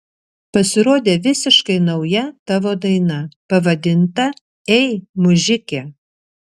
pasirodė visiškai nauja tavo daina pavadinta ei mužike